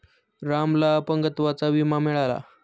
रामला अपंगत्वाचा विमा मिळाला